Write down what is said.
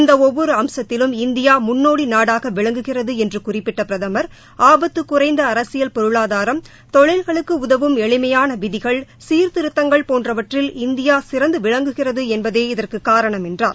இந்த ஒவ்வொரு அம்சத்திலும் இந்தியா முன்னோடி நாடாக விளங்குகிறது என்று குறிப்பிட்ட பிரதம் ஆபத்து குறைந்த அரசியல் பொருளாதாரம் தொழில்களுக்கு உதவும் எளிமையான விதிகள் சீர்திருத்தங்கள் போன்றவற்றில் இந்தியா சிறந்த விளங்குகிறது என்பதே இதற்கு காரணம் என்றார்